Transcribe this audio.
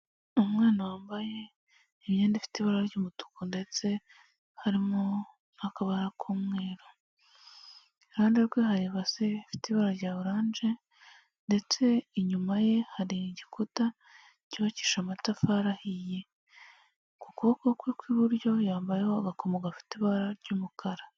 Umwana wambaye imyenda ifite ibara ry'umutuku ndetse harimo n'akabara k'umweru, iruhande rwe hari ubase ifite ibara rya orange, ndetse inyuma ye hari igikuta cyubakishije amatafari ahiye, ku kuboko kwe kw'iburyo yambayeho agakomo gafite ibara ry'umukara.